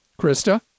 Krista